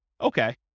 Okay